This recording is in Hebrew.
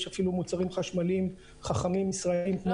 יש אפילו מוצרים חשמליים חכמים ישראליים כמו